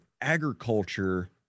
agriculture